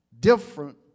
Different